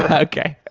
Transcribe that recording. ah okay.